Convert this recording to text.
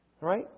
Right